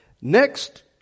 next